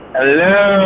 Hello